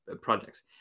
projects